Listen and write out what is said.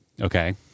Okay